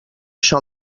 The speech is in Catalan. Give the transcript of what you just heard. això